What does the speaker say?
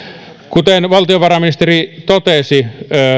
kuten valtiovarainministeri totesi